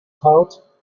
part